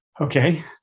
okay